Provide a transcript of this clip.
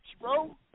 bro